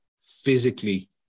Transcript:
physically